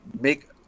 make